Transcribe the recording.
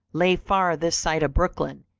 lay far this side of brookline,